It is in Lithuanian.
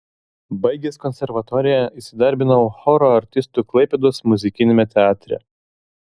baigęs konservatoriją įsidarbinau choro artistu klaipėdos muzikiniame teatre